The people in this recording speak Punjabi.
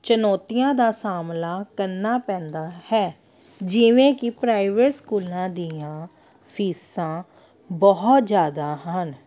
ਚੁਣੌਤੀਆਂ ਦਾ ਸਾਹਮਣਾ ਕਰਨਾ ਪੈਂਦਾ ਹੈ ਜਿਵੇਂ ਕਿ ਪ੍ਰਾਈਵੇਟ ਸਕੂਲਾਂ ਦੀਆਂ ਫੀਸਾਂ ਬਹੁਤ ਜ਼ਿਆਦਾ ਹਨ